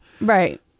Right